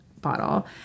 bottle